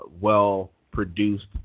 well-produced